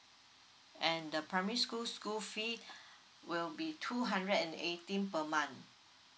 and the primary school school fees will be two hundred and eighteen per month